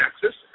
Texas